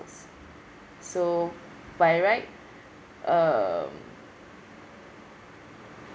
so by right um